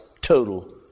total